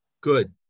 Good